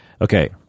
Okay